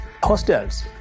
Hostels